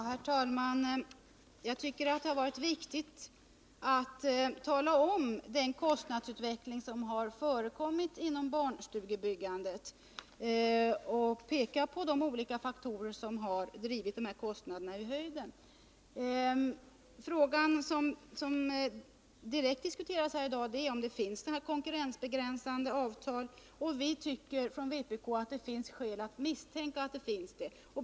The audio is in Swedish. Herr talman! Jag tycker att det är viktigt att tala om vilken kostnadsutveckling som förekommit inom barnstugebyggandet och peka på de olika faktorer som drivit kostnaderna i höjden. Den fråga som direkt diskuterats här i dag är om det finns några konkurrensbegränsande avtal. Vi från vpk tycker att det föreligger skäl att misstänka att så är fallet.